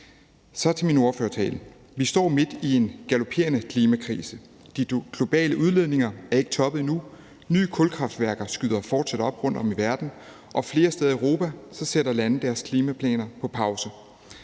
gå til min ordførertale. Vi står midt i en galoperende klimakrise. De globale udledninger er ikke toppet endnu. Nye kulkraftværker skyder fortsat op rundtom i verden, og flere steder i Europa sætter lande deres klimaplaner på pause.